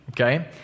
Okay